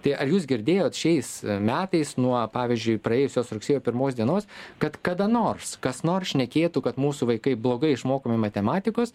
tai ar jūs girdėjot šiais metais nuo pavyzdžiui praėjusios rugsėjo pirmos dienos kad kada nors kas nors šnekėtų kad mūsų vaikai blogai išmokomi matematikos